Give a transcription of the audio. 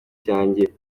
cyanjye